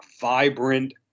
vibrant